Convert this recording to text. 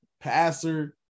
passer